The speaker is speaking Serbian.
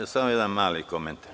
Samo jedan mali komentar.